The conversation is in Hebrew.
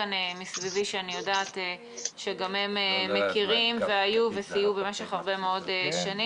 מסביבי שהם מכירים וסייעו במשך הרבה שנים.